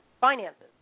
finances